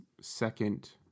second